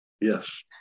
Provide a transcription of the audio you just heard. Yes